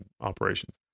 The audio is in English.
operations